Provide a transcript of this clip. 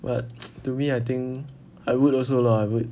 but to me I think I would also lah I would